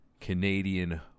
Canadian